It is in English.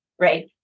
right